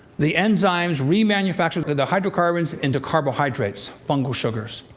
the enzymes remanufactured the hydrocarbons into carbohydrates fungal sugars.